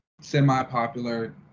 Semi-popular